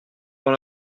dans